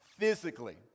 Physically